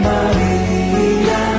Maria